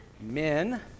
Men